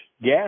gas